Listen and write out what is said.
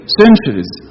centuries